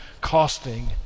costing